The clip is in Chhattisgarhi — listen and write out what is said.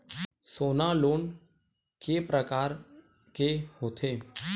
सोना लोन के प्रकार के होथे?